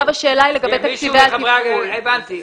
הבנתי.